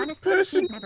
Person